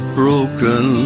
broken